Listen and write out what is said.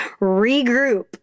regroup